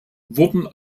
wurden